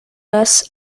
less